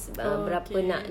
okay